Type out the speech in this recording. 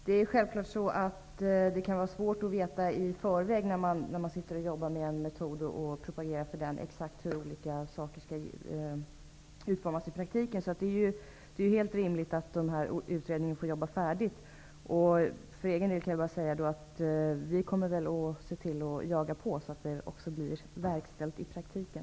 Herr talman! Självfallet kan det när man sitter och jobbar med en metod och propagerar för den vara svårt att på förhand veta exakt hur olika saker skall utformas i praktiken. Det är därför helt rimligt att utredningarna får jobba färdigt. Vi kommer emellertid att se till att jaga på, så att idéerna också verkställs i praktiken.